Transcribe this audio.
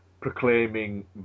proclaiming